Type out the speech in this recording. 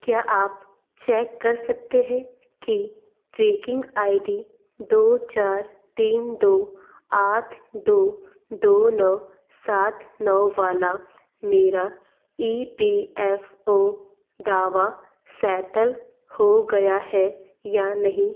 क्या आप चेक कर सकते हैं कि ट्रैकिंग आई दी दो चार तीन दो आठ दो दो नौ सात नौ वाला मेरा ई पी एफ़ ओ दावा सैटल हो गया है या नहीं